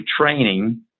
training